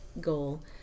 goal